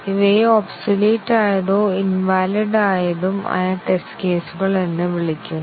ഇവയെ ഒബ്സൊലീറ്റ് ആയതോ ഇൻവാലിഡ് ആയതും ആയ ടെസ്റ്റ് കേസുകൾ എന്ന് വിളിക്കുന്നു